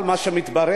אבל מה שמתברר,